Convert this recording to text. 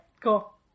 cool